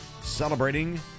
Celebrating